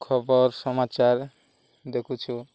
ଖବର ସମାଚାର ଦେଖୁଛୁ